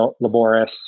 laborious